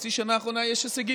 בחצי השנה האחרונה יש הישגים.